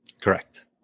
Correct